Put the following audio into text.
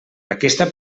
aquesta